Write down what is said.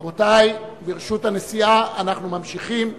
רבותי, ברשות הנשיאה, אנחנו ממשיכים בסדר-היום.